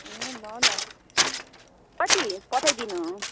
ए ल ल कति पठाइदिनु